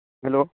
hello